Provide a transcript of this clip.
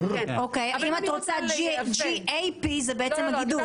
אם את רוצה GAP, זה בעצם הגידול.